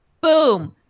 boom